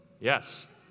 Yes